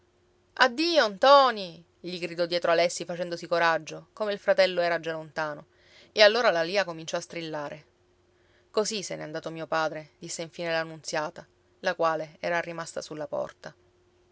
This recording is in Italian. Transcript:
addio ntoni gli gridò dietro alessi facendosi coraggio come il fratello era già lontano e allora la lia cominciò a strillare così se n'è andato mio padre disse infine la nunziata la quale era rimasta sulla porta